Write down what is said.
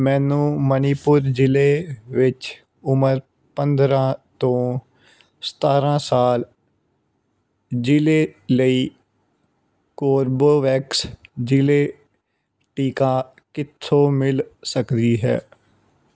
ਮੈਨੂੰ ਮਣੀਪੁਰ ਜ਼ਿਲ੍ਹੇ ਵਿੱਚ ਉਮਰ ਪੰਦਰ੍ਹਾਂ ਤੋਂ ਸਤਾਰ੍ਹਾਂ ਸਾਲ ਜ਼ਿਲ੍ਹੇ ਲਈ ਕੋਰਬੇਵੈਕਸ ਜ਼ਿਲ੍ਹੇ ਟੀਕਾ ਕਿੱਥੋਂ ਮਿਲ ਸਕਦੀ ਹੈ